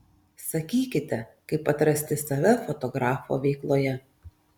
sakykite kaip atrasti save fotografo veikloje